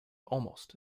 almost